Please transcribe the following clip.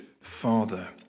father